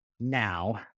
Now